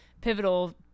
pivotal